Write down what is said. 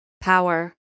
power